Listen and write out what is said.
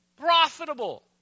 profitable